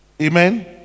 Amen